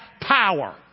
power